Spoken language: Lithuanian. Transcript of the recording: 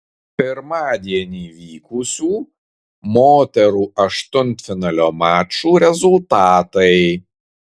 pirmadienį vykusių moterų aštuntfinalio mačų rezultatai